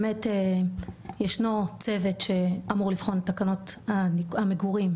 באמת ישנו צוות שאמור לבחון את תקנות המגורים,